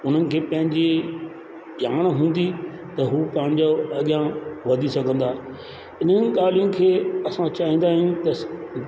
उन्हनि खे पंहिंजी ॼाण हूंदी त हू पंहिंजो अॻियां वधी सघंदा इन्हनि ॻाल्हियुनि खे असां चाहींदा आहियूं त